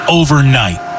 overnight